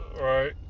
Right